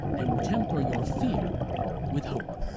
and temper your fear with hope.